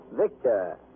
Victor